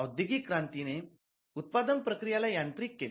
औदयोगीकारणाने उत्पादन प्रक्रियेला यांत्रिक केले